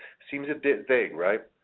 seems a bit vague, right?